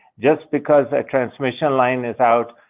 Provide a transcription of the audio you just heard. just because a transmission line is out,